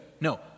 No